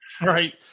Right